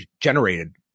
generated